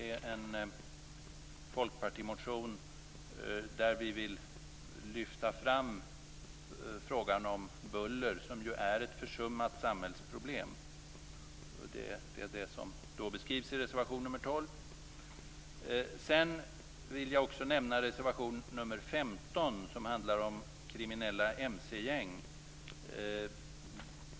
I en folkpartimotion har vi velat lyfta fram frågan om buller, som ju är ett försummat samhällsproblem. Detta beskrivs i reservation nr 12. Sedan vill jag också nämna reservation nr 15, som handlar om kriminella mc-gäng.